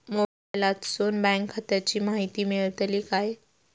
मोबाईलातसून बँक खात्याची माहिती मेळतली काय?